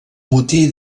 motí